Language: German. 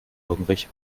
irgendwelche